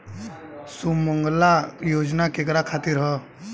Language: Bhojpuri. सुमँगला योजना केकरा खातिर ह?